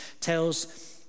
tells